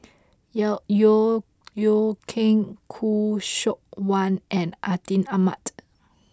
Yeo Yeow Kwang Khoo Seok Wan and Atin Amat